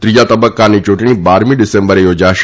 ત્રીજા તબક્કાની યૂંટણી બારમી ડિસેમ્બરે યોજાશે